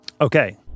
okay